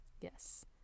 Yes